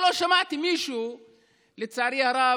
לצערי הרב,